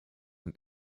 und